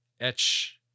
etch